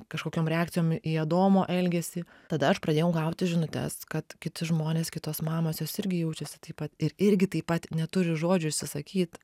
kažkokiom reakcijom į adomo elgesį tada aš pradėjau gauti žinutes kad kiti žmonės kitos mamos jos irgi jaučiasi taip pat ir irgi taip pat neturi žodžių išsisakyt